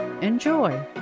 Enjoy